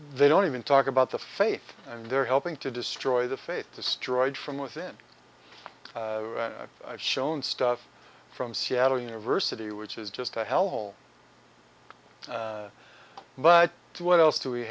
they don't even talk about the faith and they're helping to destroy the faith destroyed from within shown stuff from seattle university which is just a hellhole but what else do we